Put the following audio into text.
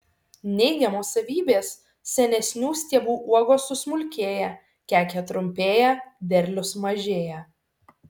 neigiamos savybės senesnių stiebų uogos susmulkėja kekė trumpėja derlius mažėja